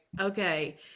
okay